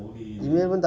dah confirm ah